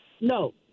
no